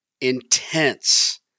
intense